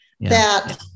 that-